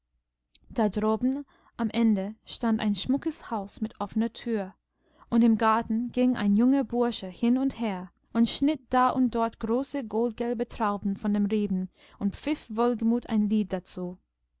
da droben am ende stand ein schmuckes haus mit offener tür und im garten ging ein junger bursche hin und her und schnitt da und dort große goldgelbe trauben von den reben und pfiff wohlgemut ein lied dazu